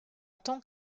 tant